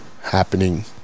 happening